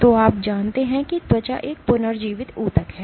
तो आप जानते हैं कि त्वचा एक पुनर्जीवित ऊतक है